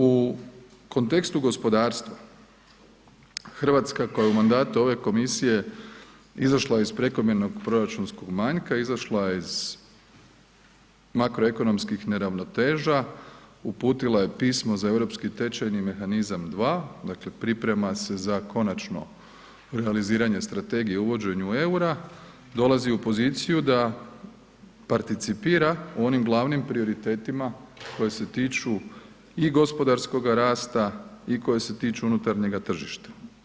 U kontekstu gospodarstva Hrvatska koja je u mandatu ove komisije izašla iz prekomjernog proračunskog manjka izašla je iz makroekonomskih neravnoteža, uputila je pismo za europski tečajni mehanizam 2, dakle priprema se za konačno realiziranje strategije o uvođenju EUR-a, dolazi u poziciju da participira u onim glavnim prioritetima koje se tiču i gospodarskoga rasta i koje se tiču unutarnjega tržišta.